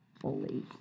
fully